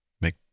make